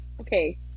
okay